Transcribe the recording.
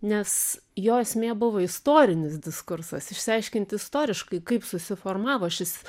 nes jo esmė buvo istorinis diskursas išsiaiškint istoriškai kaip susiformavo šis